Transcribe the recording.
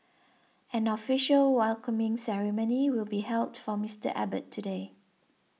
an official welcoming ceremony will be held for Mister Abbott today